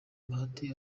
bahati